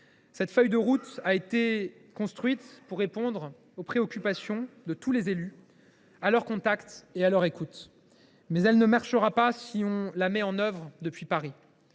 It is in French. cette feuille de route a été construite pour répondre aux préoccupations de tous les élus, à leur contact et à leur écoute. Mais elle ne marchera pas si on la met en œuvre depuis Paris.